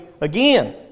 again